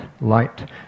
light